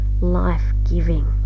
life-giving